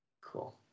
cool